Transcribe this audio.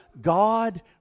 God